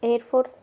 air force